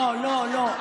לא, לא, לא.